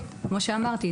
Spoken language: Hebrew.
כמו שאמרתי,